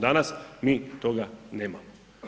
Danas mi toga nemamo.